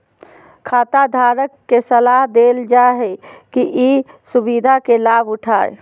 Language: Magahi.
खाताधारक के सलाह देल जा हइ कि ई सुविधा के लाभ उठाय